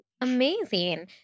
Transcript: Amazing